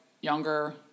younger